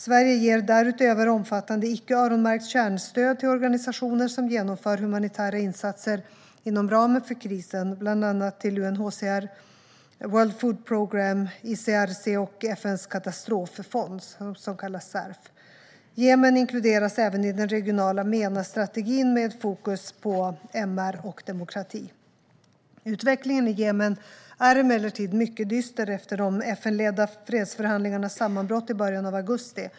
Sverige ger därutöver omfattande icke öronmärkt kärnstöd till organisationer som genomför humanitära insatser inom ramen för krisen, bland annat till UNHCR, World Food Programme, ICRC och FN:s katastroffond, Cerf. Jemen inkluderas även i den regionala MENA-strategin med fokus på MR och demokrati. Utvecklingen i Jemen är emellertid mycket dyster efter de FN-ledda fredsförhandlingarnas sammanbrott i början av augusti.